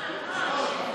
לעלות?